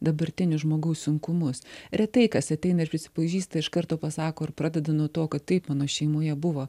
dabartinius žmogaus sunkumus retai kas ateina ir prisipažįsta iš karto pasako ir pradeda nuo to kad taip mano šeimoje buvo